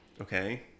Okay